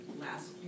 last